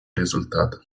результата